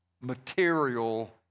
material